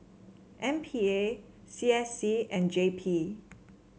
M P A C S C and J P